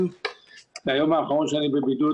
זה היום האחרון שאני בבידוד,